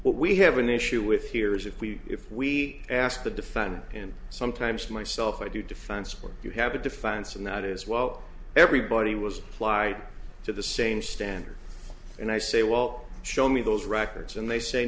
what we have an issue with here is if we if we ask the defendant and sometimes myself i do defense work you have a defense and that is well everybody was plied to the same standard and i say well show me those records and they say